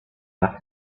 nach